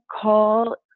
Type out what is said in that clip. call